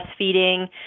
breastfeeding